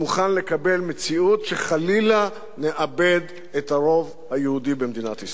לקבל מציאות שחלילה נאבד את הרוב היהודי במדינת ישראל.